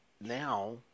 Now